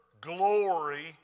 glory